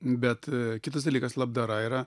bet kitas dalykas labdara yra